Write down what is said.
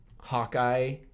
Hawkeye